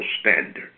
standard